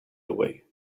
away